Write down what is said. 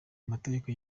amategeko